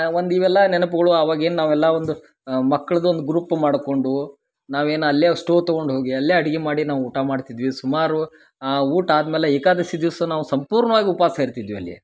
ಒಂದು ಇವೆಲ್ಲ ನೆನಪುಗಳು ಅವಾಗ ಏನು ನಾವೆಲ್ಲ ಒಂದು ಮಕ್ಳುದು ಒಂದು ಗ್ರೂಪ್ ಮಾಡ್ಕೊಂಡು ನಾವು ಏನು ಅಲ್ಲೇ ಸ್ಟೋ ತಗೊಂಡು ಹೋಗಿ ಅಲ್ಲೇ ಅಡ್ಗಿ ಮಾಡಿ ನಾವು ಊಟ ಮಾಡ್ತಿದ್ವಿ ಸುಮಾರು ಊಟ ಆದ್ಮೇಲೆ ಏಕಾದಶಿ ದಿವಸ ನಾವು ಸಂಪೂರ್ಣವಾಗಿ ಉಪವಾಸ ಇರ್ತಿದ್ವಿ ಅಲ್ಲಿ